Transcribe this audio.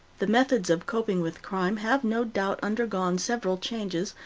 the methods of coping with crime have no doubt undergone several changes,